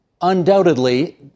undoubtedly